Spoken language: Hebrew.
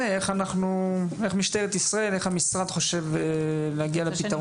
איך בנושא הספציפי הזה משטרת ישראל והמשרד חושבים להגיע לפתרון